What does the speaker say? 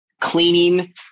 Cleaning